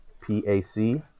P-A-C